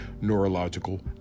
neurological